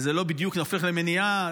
וזה לא בדיוק הופך למניעה,